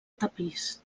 tapís